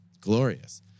glorious